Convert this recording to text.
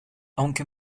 aunque